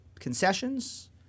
concessions